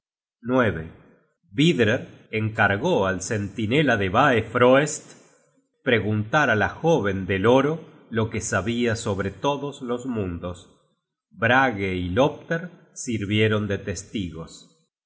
astucia vidrer encargó al centinela de baefroest preguntar á la jóven del oro lo que sabia sobre todos los mundos brage y lopter sirvieron de testigos